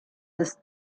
des